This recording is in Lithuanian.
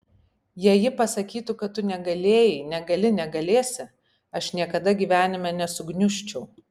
jei ji pasakytų kad tu negalėjai negali negalėsi aš niekada gyvenime nesugniužčiau